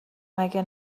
مگه